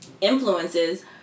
influences